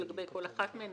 ולגבי כל אחת מהן,